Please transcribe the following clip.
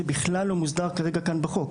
שבכלל לא מוסדר כרגע כאן בחוק.